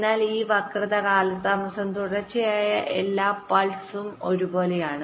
എന്നാൽ ഈ വക്രത കാലതാമസം തുടർച്ചയായ എല്ലാ പൾസ്സ് നും ഒരുപോലെയാണ്